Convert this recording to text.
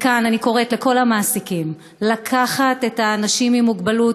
וכאן אני קוראת לכל המעסיקים לקחת אנשים עם מוגבלות,